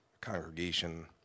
congregation